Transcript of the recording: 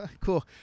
Cool